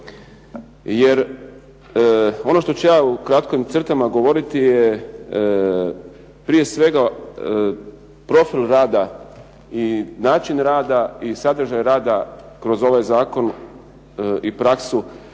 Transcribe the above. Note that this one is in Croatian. jer ono što ću ja u kratkim crtama govoriti je prije svega profil rada i način rada i sadržaj rada kroz ovaj zakon i praksu